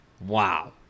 Wow